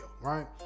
right